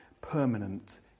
permanent